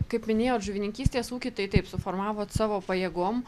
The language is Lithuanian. kaip minėjot žuvininkystės ūkį tai taip suformavot savo pajėgom